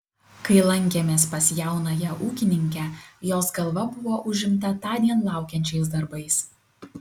kai lankėmės pas jaunąją ūkininkę jos galva buvo užimta tądien laukiančiais darbais